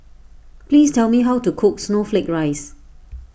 please tell me how to cook Snowflake Ice